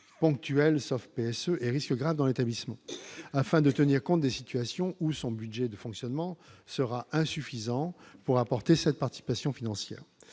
ponctuelles sauf PSE et risque grave dans l'établissement afin de tenir compte des situations où son budget de fonctionnement sera insuffisant pour apporter cette participation financière